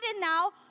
now